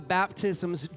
baptisms